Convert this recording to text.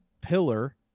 pillar